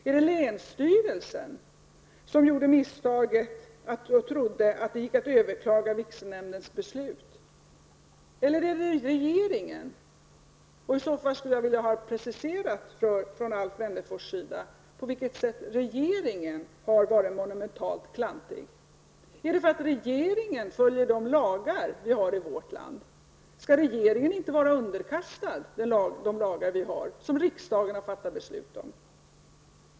Var det länsstyrelsen, som gjorde misstaget att tro att det gick att överklaga vigselnämndens beslut, eller var det regeringen? I så fall skulle jag vilja att Alf Wennerfors preciserade på vilket sätt regeringen har varit monumentalt klantig. Var det för att regeringen följer de lagar vi har i vårt land? Skall regeringen inte vara underkastad de lagar som riksdagen har fattat beslut om?